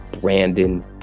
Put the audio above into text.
Brandon